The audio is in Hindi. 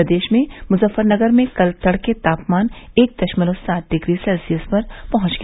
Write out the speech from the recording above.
प्रदेश में मुजफ्फरनगर में कल तड़के तापमान एक दशमलव सात डिग्री सेल्सियस पर पहुंच गया